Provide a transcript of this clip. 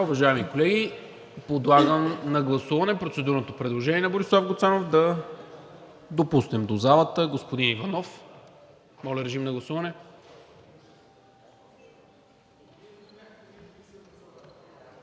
Уважаеми колеги, подлагам на гласуване процедурното предложение на Борислав Гуцанов да допуснем до залата господин Иванов. Гласували